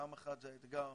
פעם אחת זה האתגר